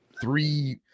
three